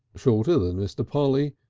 shorter than mr. polly,